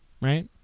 right